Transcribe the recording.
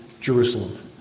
Jerusalem